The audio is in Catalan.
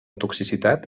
toxicitat